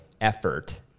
effort